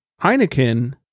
Heineken